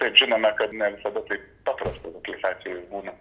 taip žinome kad ne visada taip papsata tokiais atvejais būna